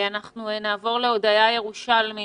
אנחנו נעבור להודיה ירושלמי